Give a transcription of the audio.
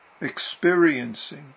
experiencing